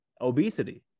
obesity